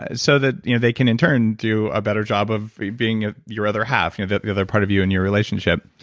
ah so that you know they can in turn do a better job of being ah your other half, you know the other part of you in your relationship,